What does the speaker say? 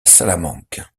salamanque